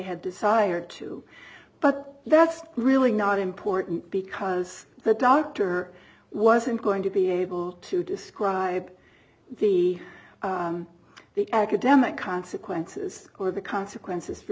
desired to but that's really not important because the doctor wasn't going to be able to describe the the academic consequences or the consequences for